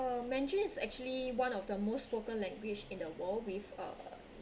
uh mandarin is actually one of the most spoken language in the world with uh